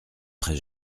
très